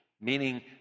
meaning